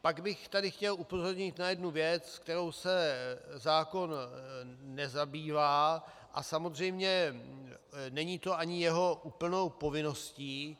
Pak bych tady chtěl upozornit na jednu věc, kterou se zákon nezabývá, a samozřejmě není to ani jeho úplnou povinností.